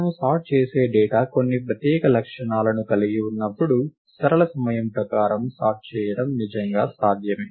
మనము సార్ట్ చేసే డేటా కొన్ని ప్రత్యేక లక్షణాలను కలిగి ఉన్నప్పుడు సరళ సమయం ప్రకారం సార్ట్ చేయడం నిజంగా సాధ్యమే